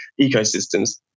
ecosystems